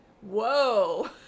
whoa